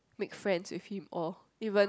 make friends with him or even